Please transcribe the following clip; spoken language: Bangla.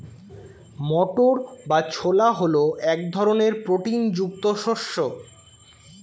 মটর বা ছোলা হল এক ধরনের প্রোটিন যুক্ত শস্য